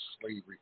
slavery